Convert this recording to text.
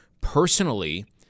personally